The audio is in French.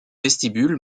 vestibule